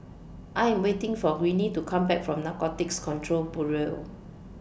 I Am waiting For Greene to Come Back from Narcotics Control Bureau